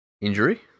injury